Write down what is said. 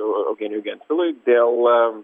eugenijui gentvilui dėl